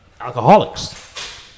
Alcoholics